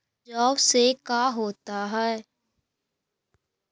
जौ से का होता है?